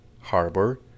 Harbor